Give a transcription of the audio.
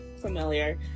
familiar